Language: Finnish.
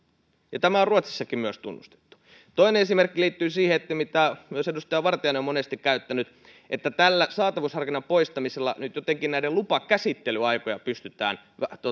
ja tämä on ruotsissakin tunnustettu toinen esimerkki liittyy siihen mitä myös edustaja vartiainen on monesti käyttänyt että tällä saatavuusharkinnan poistamisella nyt jotenkin näitä lupakäsittelyaikoja pystytään